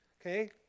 Okay